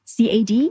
CAD